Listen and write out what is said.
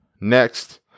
Next